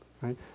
right